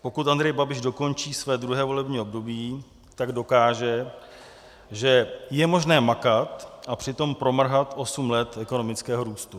Pokud Andrej Babiš dokončí své druhé volební období, tak dokáže, že je možné makat a přitom promrhat osm let ekonomického růstu.